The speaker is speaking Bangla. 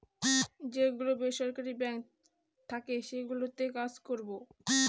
যে গুলো বেসরকারি বাঙ্ক থাকে সেগুলোতে কাজ করবো